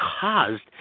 caused